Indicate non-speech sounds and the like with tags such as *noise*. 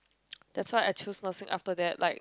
*noise* that's why I choose nursing after that like